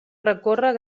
recórrer